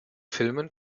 filmen